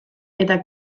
eta